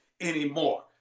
anymore